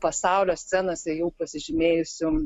pasaulio scenose jau pasižymėjusių